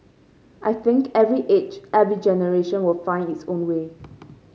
I think every age every generation will find its own way